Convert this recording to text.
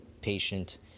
patient